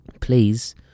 please